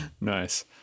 Nice